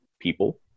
people